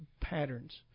patterns